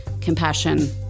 compassion